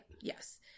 Yes